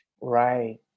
Right